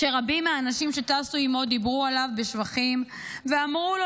ורבים מהאנשים שטסו עימו דיברו עליו בשבחים ואמרו לו